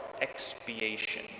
expiation